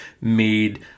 made